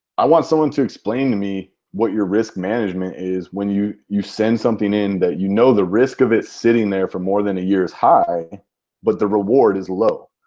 i want someone to explain to me what your risk management is when you you send something in that you know the risk of it sitting there for more than a year is high but the reward is low.